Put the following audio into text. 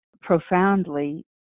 profoundly